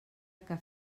que